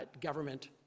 government